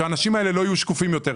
שהאנשים האלה לא יהיו שקופים יותר.